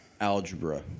algebra